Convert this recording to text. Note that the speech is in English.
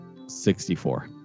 64